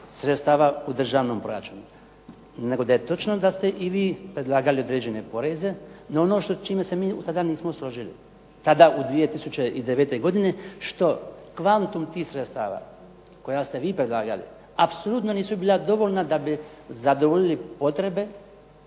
sredstava u državnom proračunu, nego da je točno da ste i vi predlagali određen poreze na ono čime se mi tada nismo složili. Tada u 2009. godini, što kvantum tih sredstava, koja ste vi predlagali apsolutno nisu bila dovoljna da bi zadovoljili potrebe